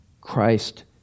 Christ